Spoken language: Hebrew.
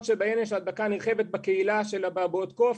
שבהן יש הדבקה נרחבת בקהילה של אבעבועות קוף,